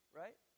right